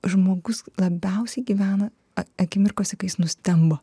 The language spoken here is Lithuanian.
žmogus labiausiai gyvena akimirkose kai jis nustemba